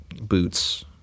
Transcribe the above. boots